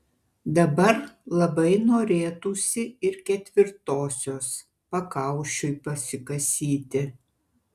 dabar labai norėtųsi ir ketvirtosios pakaušiui pasikasyti